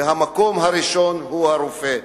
ובמקום הראשון, הרופא.